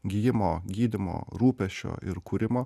gijimo gydymo rūpesčio ir kūrimo